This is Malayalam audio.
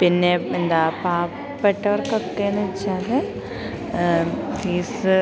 പിന്നെ എന്താ പാവപ്പെട്ടവർക്കൊക്കെയെന്നു വെച്ചാൽ ഫീസ്